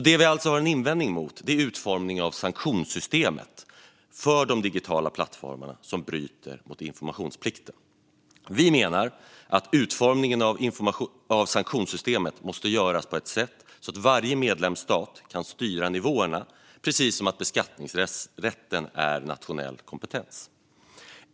Det vi har en invändning emot är utformningen av sanktionssystemet för de digitala plattformar som bryter mot informationsplikten. Vi menar att utformningen av sanktionssystemet måste göras på ett sätt som gör att varje medlemsstat kan styra nivåerna, precis som att beskattningsrätten är en nationell kompetens.